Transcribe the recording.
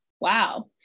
wow